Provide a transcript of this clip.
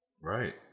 Right